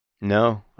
No